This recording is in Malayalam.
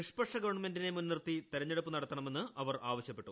നിഷ്പക്ഷമായ ഗവൺമെന്റിനെ മുൻനിർത്തി തെരഞ്ഞെടുപ്പു നടത്തണമെന്ന് അവർ ആവശ്യപ്പെട്ടു